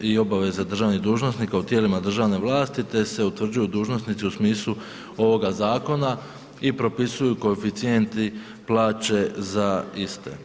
i obaveze državnih dužnosnika u tijelima državne vlasti te se utvrđuju dužnosnici u smislu ovoga zakona i propisuju koeficijenti, plaće za iste.